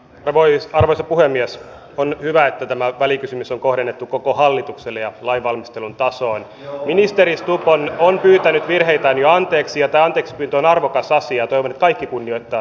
elway alkoi puhemies on hyvä eiväthän he todellakaan ole valmiita työntekijöitä vaan he voisivat jonkin aikaa olla esimerkiksi siellä maatiloilla mukana apuna työskentelyssä mutta monessa muussakin paikassa he voisivat olla